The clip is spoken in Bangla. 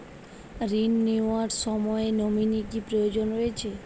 ঋণ নেওয়ার সময় নমিনি কি প্রয়োজন রয়েছে?